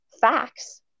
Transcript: facts